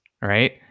right